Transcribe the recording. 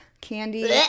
candy